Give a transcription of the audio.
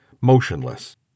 motionless